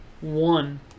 one